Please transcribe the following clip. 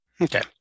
Okay